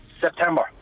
September